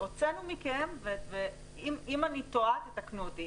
הוצאנו מכם ואם אני טועה תקנו אותי,